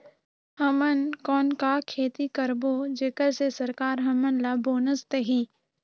हमन कौन का खेती करबो जेकर से सरकार हमन ला बोनस देही?